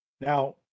Now